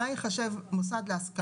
מה ייחשב מוסד להשכלה גבוהה.